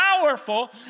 powerful